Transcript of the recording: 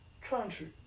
country